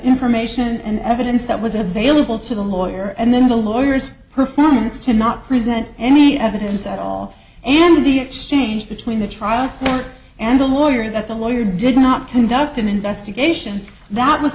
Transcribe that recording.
information and evidence that was available to the lawyer and then the lawyers performance to not present any evidence at all and the exchange between the trial and the lawyer that the lawyer did not conduct an investigation that was